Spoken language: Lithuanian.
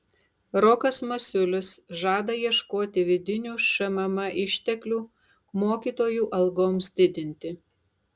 rokas masiulis žada ieškoti vidinių šmm išteklių mokytojų algoms didinti